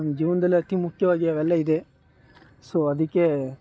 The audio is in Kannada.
ನಮ್ಮ ಜೀವನದಲ್ಲಿ ಅತಿ ಮುಖ್ಯವಾಗಿ ಅವೆಲ್ಲ ಇದೆ ಸೋ ಅದಕ್ಕೆ